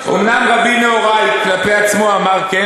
"אומנם רבי נהוראי כלפי עצמו אמר כן,